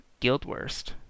Guildwurst